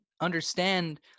understand